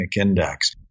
index